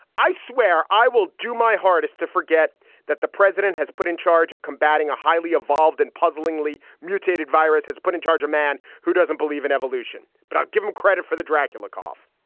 i swear i will do my hardest to forget that the president has put in charge of combating a highly evolved and puzzlingly mutated virus, has put in charge a man who doesn't believe in evolution but i'll give him credit for the dracula cough.